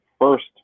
first